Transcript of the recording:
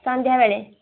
ସନ୍ଧ୍ୟାବେଳେ